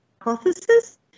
hypothesis